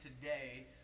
today